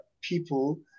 people